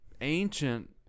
ancient